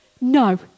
no